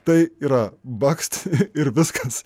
tai yra bakst ir viskas